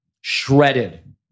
Shredded